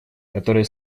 которые